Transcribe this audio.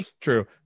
true